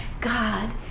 God